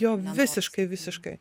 jo visiškai visiškai